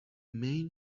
main